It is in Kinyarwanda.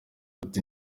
ati